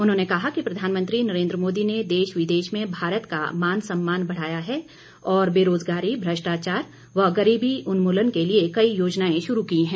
उन्होंने कहा कि प्रधानमंत्री नरेंद्र मोदी ने देश विदेश में भारत का मान सम्मान बढ़ाया है और बेरोजगारी भ्रष्टाचार व गरीबी उन्मूलन के लिए कई योजनाएं शुरू की हैं